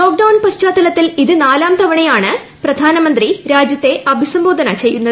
lockdown പശ്ചാത്തലത്തിൽ ഇത് നാലാം തവണയാണ് പ്രധാനമന്ത്രി രാജ്യത്തെ അഭിസംബോധന ചെയ്യുന്നത്